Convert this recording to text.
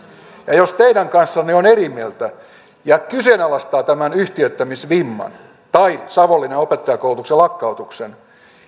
ja jos teidän kanssanne on eri mieltä ja kyseenalaistaa tämän yhtiöittämisvimman tai savonlinnan opettajankoulutuksen lakkautuksen